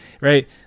right